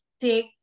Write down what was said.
take